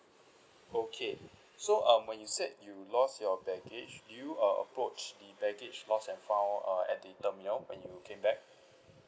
okay so um when you said you lost your baggage do you uh approach the baggage lost and found uh at the terminal when you came back